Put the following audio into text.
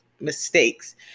mistakes